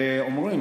אומרים,